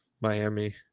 Miami